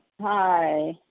Hi